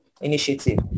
initiative